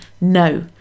No